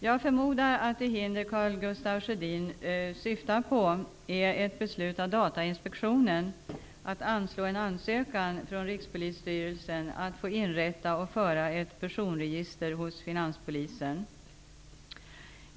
Jag förmodar att de hinder Karl Gustaf Sjödin syftar på är ett beslut av Datainspektionen att avslå en ansökan från Rikspolisstyrelsen att få inrätta och föra ett personregister hos Finanspolisen.